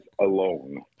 alone